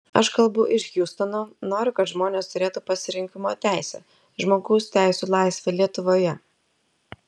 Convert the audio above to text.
aš kalbu iš hjustono noriu kad žmonės turėtų pasirinkimo teisę žmogaus teisių laisvę lietuvoje